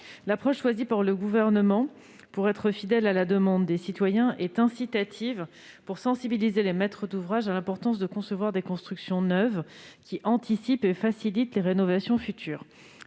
L'approche choisie par le Gouvernement, fidèle à la demande des citoyens, est incitative. Elle vise à sensibiliser les maîtres d'ouvrage à l'importance de concevoir des constructions neuves, qui anticipent et facilitent les rénovations futures.